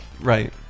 right